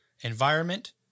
environment